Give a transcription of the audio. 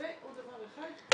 עוד דבר אחד.